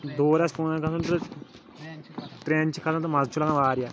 دوٗر آسہِ کُن گژھُن تہٕ ٹرٛینہِ چھِ کھَژان تہٕ مَزٕ چھُ لَگان واریاہ